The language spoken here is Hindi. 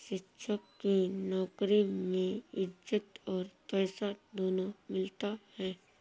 शिक्षक की नौकरी में इज्जत और पैसा दोनों मिलता है